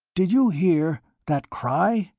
did you hear that cry?